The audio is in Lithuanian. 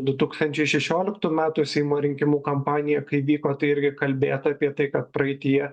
du tūkstančiai šešioliktų metų seimo rinkimų kampanija kai vyko tai irgi kalbėta apie tai kad praeityje